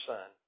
Son